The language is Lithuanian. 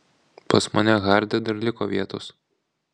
pas mane harde dar liko vietos